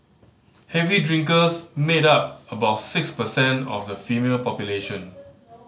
heavy drinkers made up about six percent of the female population